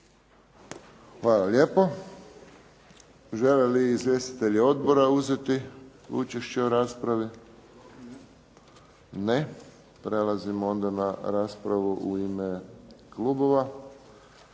Hvala lijepo. Žele li izvjestitelji odbora uzeti učešće u raspravi? Ne. Prelazimo onda na raspravu u ime klubova.